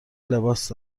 لباس